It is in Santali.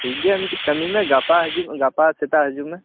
ᱴᱷᱤᱠ ᱜᱮᱭᱟ ᱟᱢ ᱢᱤᱴᱤᱡ ᱠᱟ ᱢᱤᱢᱮ ᱜᱟᱯᱟ ᱦᱤᱡᱩᱜ ᱜᱟᱯᱟ ᱥᱮᱛᱟᱜ ᱦᱤᱡᱩᱜ ᱢᱮ